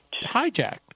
Hijacked